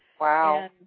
Wow